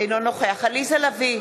אינו נוכח עליזה לביא,